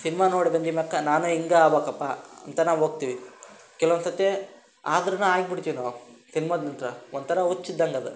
cinema ನೋಡಿ ಬಂದಿದಮ್ಯಾಕ ನಾನು ಹೀಗ ಆಗ್ಬೇಕಪ್ಪ ಅಂತ ನಾವು ಹೋಗ್ತಿವಿ ಕೆಲವೊಂದು ಸಲ ಆದ್ರೂನು ಆಗ್ಬಿಡ್ತೀವಿ ನಾವು ಸಿನ್ಮಾದ ನಂತರ ಒಂದು ಥರ ಹುಚ್ಚಿದ್ದಂಗೆ ಅದು